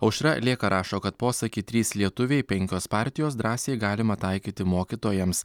aušra lėka rašo kad posakį trys lietuviai penkios partijos drąsiai galima taikyti mokytojams